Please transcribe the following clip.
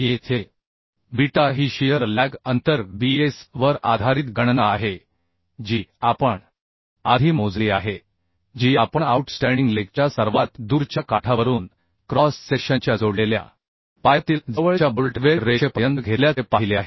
येथे बीटा ही shear lag अंतर Bs वर आधारित गणना आहे जी आपण आधी मोजली आहे जी आपण आऊटस्टँडिंग लेग च्या सर्वात दूरच्या काठावरून क्रॉस सेक्शनच्या जोडलेल्या पायातील जवळच्या बोल्ट वेल्ड रेषेपर्यंत घेतल्याचे पाहिले आहे